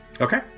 Okay